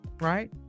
right